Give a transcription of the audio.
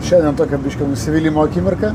šiandien tokia biški nusivylimo akimirka